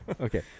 Okay